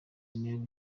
neg